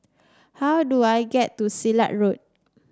how do I get to Silat Road